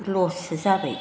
लससो जाबाय